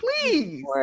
please